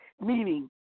meaning